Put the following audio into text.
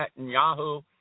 Netanyahu